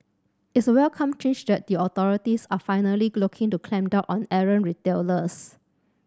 it's a welcome change that the authorities are finally looking to clamp down on errant retailers